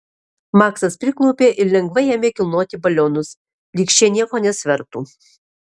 maksas priklaupė ir lengvai ėmė kilnoti balionus lyg šie nieko nesvertų